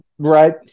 Right